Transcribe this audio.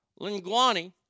Linguani